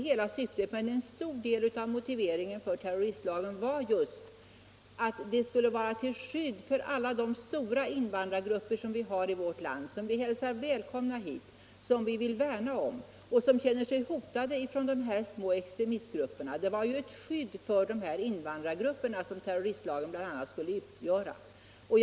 En stor del av motiveringen för terroristlagen var just att den skulle vara till skydd för alla de stora invandrargrupper i vårt land som vi hälsar välkomna hit, som vi vill värna om och som känner sig hotade av de här små extremistgrupperna; terroristlagen skulle bl.a. utgöra skydd för dessa Nr 78 invandrargrupper.